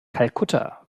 kalkutta